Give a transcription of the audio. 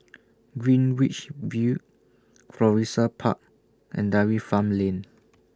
Greenwich V Florissa Park and Dairy Farm Lane